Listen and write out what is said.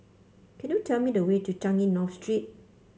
can you tell me the way to Changi North Street